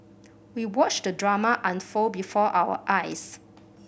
we watched the drama unfold before our eyes